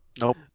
Nope